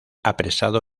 apresado